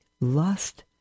lust